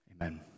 Amen